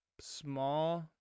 small